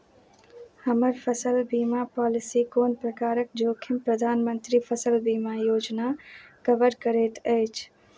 हमर फसल बीमा पॉलिसी कोन प्रकारक जोखिम प्रधानमन्त्री फसल बीमा योजना कवर करैत अछि